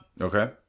Okay